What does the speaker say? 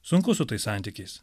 sunku su tais santykiais